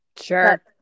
sure